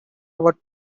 what